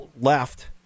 left